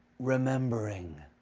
remembering.